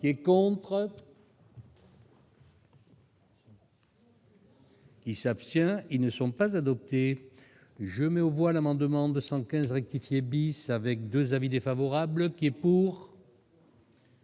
pour. Et contre. Qui s'abstient, ils ne sont pas adoptées, je mets au voile amendement 215 rectifier bis avec 2 avis défavorables qui est pour.